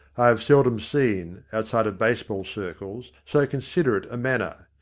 i have seldom seen, outside of baseball circles, so considerate a manner.